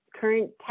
current